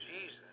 Jesus